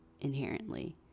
inherently